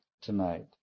tonight